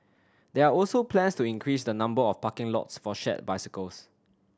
there are also plans to increase the number of parking lots for shared bicycles